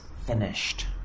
finished